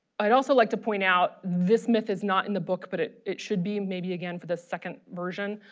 i'd also like to point out this myth is not in the book but it it should be maybe again for the second version